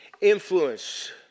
influence